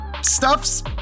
stuff's